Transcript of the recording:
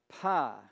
pie